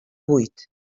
vuit